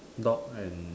dog and